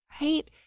right